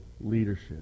leadership